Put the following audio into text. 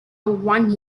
one